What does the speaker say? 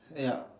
ya